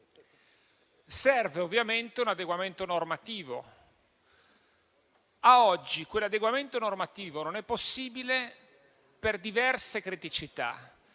Serve ovviamente un adeguamento normativo. Ad oggi quell'adeguamento non è possibile per diverse criticità: